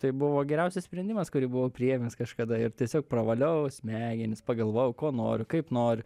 tai buvo geriausias sprendimas kurį buvau priėmęs kažkada ir tiesiog pravaliau smegenis pagalvojau ko noriu kaip noriu